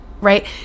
right